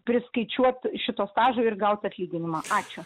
priskaičiuot šito stažo ir gauti atlyginimą ačiū